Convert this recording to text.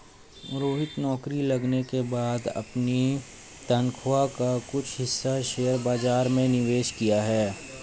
रोहित नौकरी लगने के बाद अपनी तनख्वाह का कुछ हिस्सा शेयर बाजार में निवेश किया